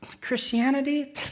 Christianity